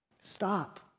stop